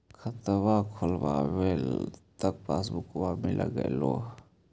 खतवा खोलैलहो तव पसबुकवा मिल गेलो?